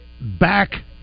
back